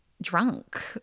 drunk